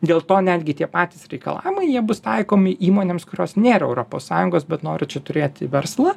dėl to netgi tie patys reikalavimai jie bus taikomi įmonėms kurios nėra europos sąjungos bet nori čia turėti verslą